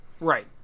right